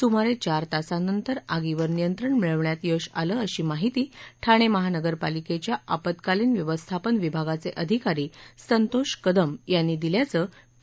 सुमारे चार तासानंतर आगीवर नियंत्रण मिळवण्यात यश आलं अशी माहिती ठाणे महानगरपालिकेच्या आपत्कालिन व्यवस्थापन विभागाचे अधिकारी संतोष कदम यांनी दिल्याचं पी